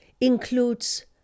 includes